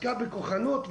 עסקה בכוחנות,